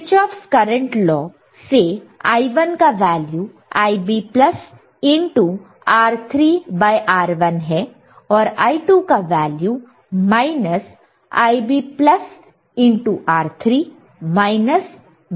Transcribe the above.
Kirchhoff's current law से I1 का value Ib R3R1 है और I2 का वैल्यू Ib R3 VoR2 है